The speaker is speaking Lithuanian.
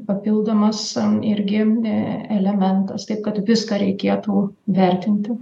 papildomas irgi elementas taip kad viską reikėtų vertinti